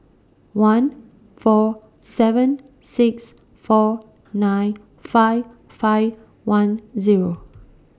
one four seven six four nine five five one Zero